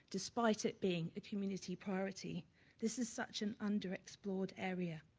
despite it being a community priority this is such an underexplored area.